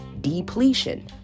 depletion